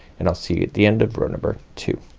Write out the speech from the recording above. and i'll see you at the end of row number two.